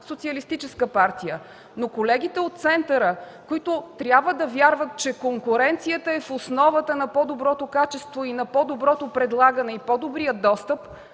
социалистическа партия, но колегите от центъра, които трябва да вярват, че конкуренцията е в основата на по-доброто качество и на по-добрия достъп,